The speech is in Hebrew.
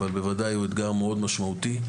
אבל בוודאי הוא אתגר משמעותי מאוד.